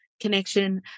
Connection